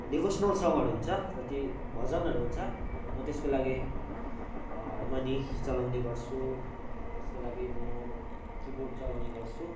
devotional सङ्गहरू हुन्छ कति भजनहरू हुन्छ म त्यसको लागि हरमोनी चलाउने गर्छु त्यसको लागि म किबोर्ड चलाउने गर्छु र मलाई